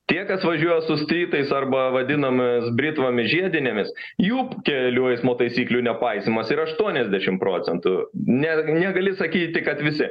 tie kas važiuos su strytais arba vadinamas britvomis žiedinėmis jų kelių eismo taisyklių nepaisymas yra aštuoniasdešimt procentų ne negali sakyti kad visi